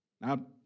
Now